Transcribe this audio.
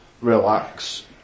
relax